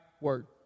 Word